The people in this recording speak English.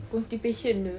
constipation jer